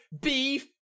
beef